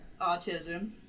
autism